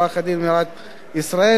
עורכת-הדין מירב ישראלי,